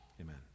Amen